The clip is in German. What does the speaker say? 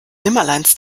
nimmerleins